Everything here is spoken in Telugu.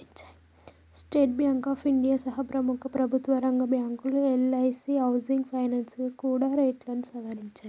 స్టేట్ బాంక్ ఆఫ్ ఇండియా సహా ప్రముఖ ప్రభుత్వరంగ బ్యాంకులు, ఎల్ఐసీ హౌసింగ్ ఫైనాన్స్ కూడా రేట్లను సవరించాయి